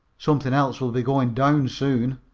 something else will be going down soon,